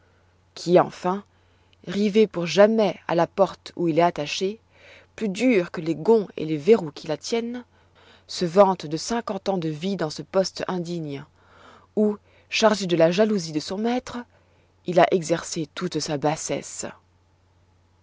qui enfin rivé pour jamais à la porte où il est attaché plus dur que les gonds et les verrous qui la tiennent se vante de cinquante ans de vie dans ce poste indigne où chargé de la jalousie de son maître il a exercé toute sa bassesse